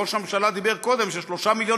ראש הממשלה אמר קודם ששלושה מיליון